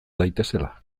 daitezela